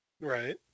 Right